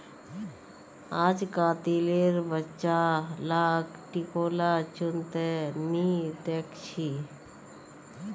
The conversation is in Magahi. अजकालितेर बच्चा लाक टिकोला चुन त नी दख छि